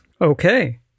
Okay